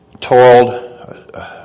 toiled